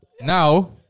Now